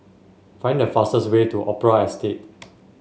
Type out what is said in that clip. find the fastest way to Opera Estate